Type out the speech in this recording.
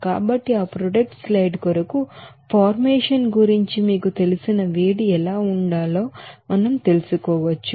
కాబట్టి ఈ product side కొరకు ఫార్మేషన్ గురించి మీకు తెలిసిన వేడి ఎలా ఉండాలో మనం తెలుసుకోవచ్చు